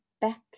back